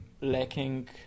lacking